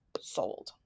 sold